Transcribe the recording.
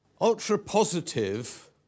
ultra-positive